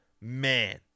man